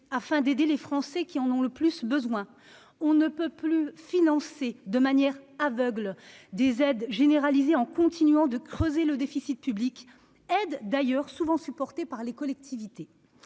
d'aider les Français en ayant le plus besoin ? On ne peut plus financer de manière aveugle des aides généralisées en continuant de creuser le déficit public, aides qui sont d'ailleurs souvent supportées par les collectivités.